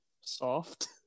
soft